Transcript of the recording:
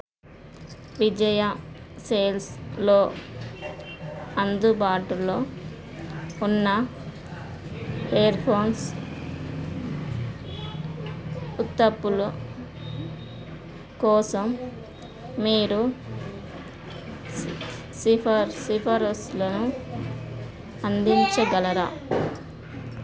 విజయ సేల్స్లో అందుబాటులో ఉన్న ఏర్ఫోన్స్ ఉత్తప్పులో కోసం మీరు సిఫారసులను అందించగలరా